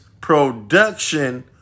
production